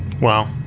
Wow